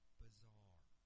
bizarre